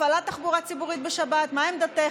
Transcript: הפעלת תחבורה ציבורית בשבת: מה עמדתך,